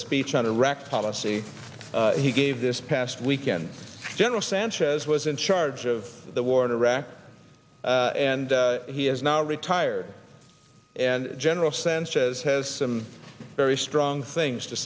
speech on iraq policy he gave this past weekend general sanchez was in charge of the war in iraq and he is now retired and general sanchez has some very strong things to